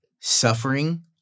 suffering